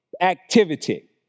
activity